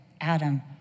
Adam